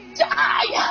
die